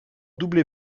doubler